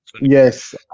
Yes